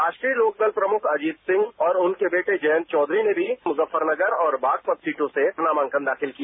राष्ट्रीय लोकदल प्रमुख अजीत सिंह और उनके बेटे जयंत चौचरी ने भी मुजफ्फरनगर और बागपत सीटों से नामांकन दाखिल किया